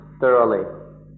thoroughly